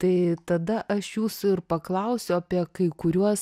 tai tada aš jūsų ir paklausiu apie kai kuriuos